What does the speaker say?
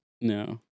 No